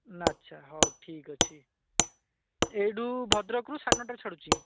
ଆଚ୍ଛା ହଉ ଠିକ୍ ଅଛି ଏଇଠୁ ଭଦ୍ରକରୁ ସାଢ଼େ ନଅଟାରେ ଛାଡ଼ୁଛି